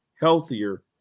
Healthier